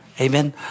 Amen